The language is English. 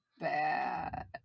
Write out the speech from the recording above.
bad